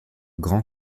grand